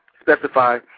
specify